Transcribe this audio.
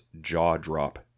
jaw-drop